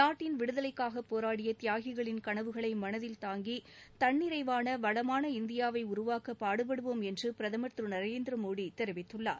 நாட்டின் விடுதலைக்காக போராடிய தியாகிகளின் கனவுகளை மனதில் தாங்கி தன்னிறைவான ககமான இந்தியாவை உருவாக்க பாடுபடுவோம் என்று பிரதமர் திரு நரேந்திரமோடி தெரிவித்துள்ளார்